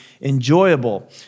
enjoyable